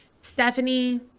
stephanie